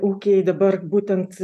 ūkiai dabar būtent